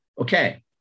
Okay